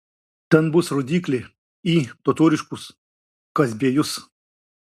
ten bus rodyklė į totoriškus kazbiejus